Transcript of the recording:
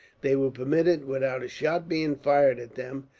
they were permitted, without a shot being fired at them,